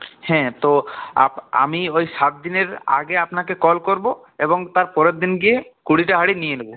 হ্যাঁ তো আপ আমি ওই সাতদিনের আগে আপনাকে কল করবো এবং তারপরের দিন গিয়ে কুড়িটা হাঁড়ি নিয়ে নোবো